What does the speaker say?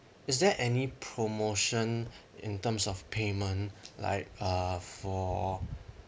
is there any promotion in terms of payment like uh for